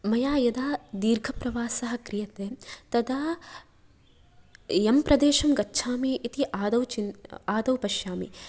मया यदा दीर्घप्रवासः क्रियते तदा यं प्रदेशं गच्छामि इति आदौ चिन् आदौ पश्यामि